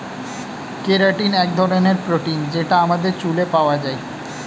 keratin এক ধরনের protein যেটা আমাদের চুলে পাওয়া যায়